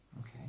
Okay